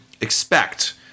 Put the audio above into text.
expect